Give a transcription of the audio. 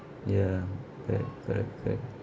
ya correct correct correct